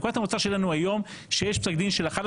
נקודת המוצא שלנו היום היא שיש פסק דין של 11